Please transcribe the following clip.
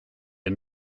and